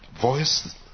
voice